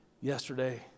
Yesterday